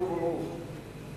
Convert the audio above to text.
חזק וברוך.